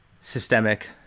systemic